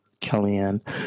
kellyanne